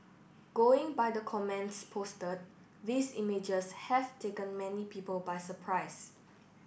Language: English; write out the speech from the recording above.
going by the comments posted these images have taken many people by surprise